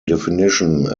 definition